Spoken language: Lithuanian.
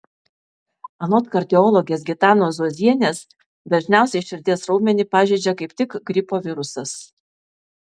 anot kardiologės gitanos zuozienės dažniausiai širdies raumenį pažeidžia kaip tik gripo virusas